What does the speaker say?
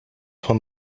van